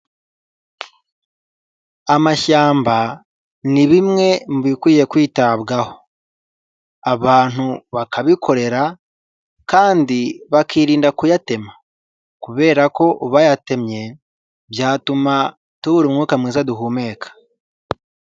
Amashyamba ni bimwe mu bikwiye kwitabwaho. Abantu bakabikorera kandi bakirinda kuyatema kubera ko bayatemye, byatuma tubura umwuka mwiza duhumeka.